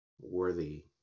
worthy